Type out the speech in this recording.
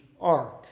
ark